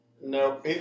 No